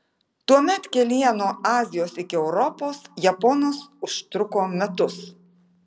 tuomet kelyje nuo azijos iki europos japonas užtruko metus